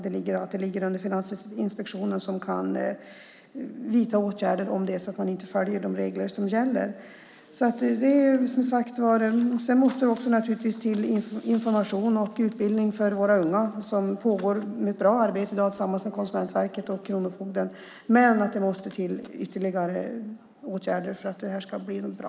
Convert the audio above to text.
Det ligger under Finansinspektionen, som kan vidta åtgärder om man inte följer de regler som gäller. Det måste naturligtvis också till information och utbildning för våra unga. Det pågår ett bra arbete i dag hos Konsumentverket och kronofogden, men det måste till ytterligare åtgärder för att det här ska bli bra.